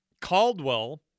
Caldwell